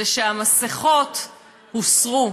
זה שהמסכות הוסרו.